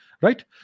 Right